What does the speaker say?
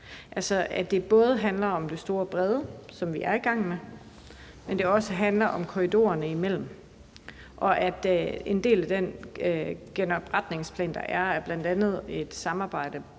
altså at det både handler om de store og brede naturarealer, som vi er i gang med, men at det også handler om korridorerne imellem. En del af genopretningsplanen er bl.a. et samarbejde